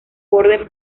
borde